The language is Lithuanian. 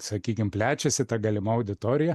sakykim plečiasi ta galima auditorija